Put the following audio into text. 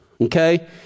okay